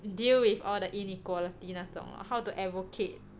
deal with all the inequality 那种 lor how to advocate